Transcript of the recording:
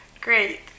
Great